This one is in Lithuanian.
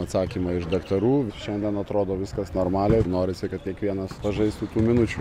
atsakymą iš daktarų šiandien atrodo viskas normaliai ir norisi kad kiekvienas pažaistų tų minučių